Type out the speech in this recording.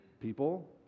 people